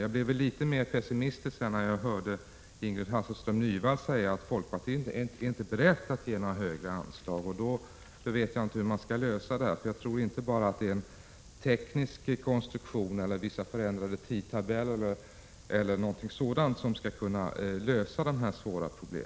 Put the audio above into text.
Litet mera pessimistisk blev jag emellertid när jag hörde Ingrid Hasselström Nyvall säga att folkpartiet inte är berett att förorda högre anslag. Då vet jag inte hur vi skall kunna lösa detta svåra problem, för jag tror inte att det bara är fråga om en teknisk konstruktion, om vissa förändringar i tidtabellerna e. d.